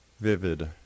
vivid